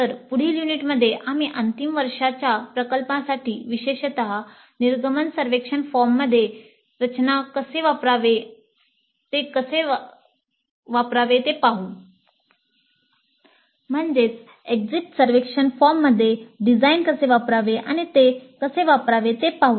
तर पुढील युनिटमध्ये आम्ही अंतिम वर्षाच्या प्रकल्पांसाठी विशेषत निर्गमन सर्वेक्षण फॉर्ममध्ये डिझाइन कसे करावे आणि ते कसे वापरावे ते पाहू